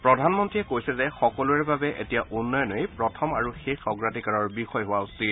প্ৰধানমন্ত্ৰীয়ে কৈছে যে সকলোৰে বাবে এতিয়া উন্নয়নেই প্ৰথম আৰু শেষ অগ্ৰাধিকাৰৰ বিষয় হোৱা উচিত